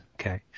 Okay